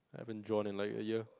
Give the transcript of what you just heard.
have been drawn in line a year